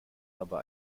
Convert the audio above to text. aber